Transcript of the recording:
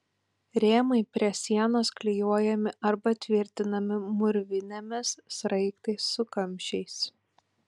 rėmai prie sienos klijuojami arba tvirtinami mūrvinėmis sraigtais su kamščiais